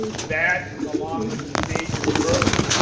that along with the stage of growth